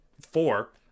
four